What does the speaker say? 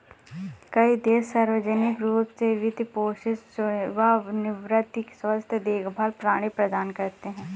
कई देश सार्वजनिक रूप से वित्त पोषित सेवानिवृत्ति या स्वास्थ्य देखभाल प्रणाली प्रदान करते है